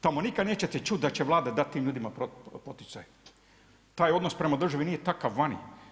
Tamo nikada nećete čuti da će vlada dati ljudima poticaj, taj odnos prema državi nije takav vani.